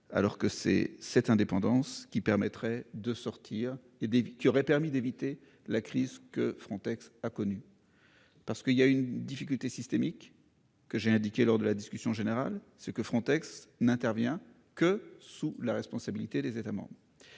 sortir et des qui aurait permis d'éviter la crise que Frontex a connu. Parce qu'il y a une difficulté systémique. Que j'ai indiqué lors de la discussion générale ce que Frontex n'intervient que sous la responsabilité des États membres.